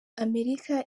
amerika